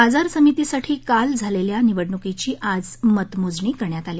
बाजार समितीसाठी काल झालेल्या निवडणुकीची आज मतमोजणी करण्यात आली